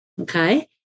okay